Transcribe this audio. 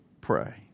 pray